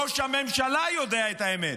ראש הממשלה יודע את האמת.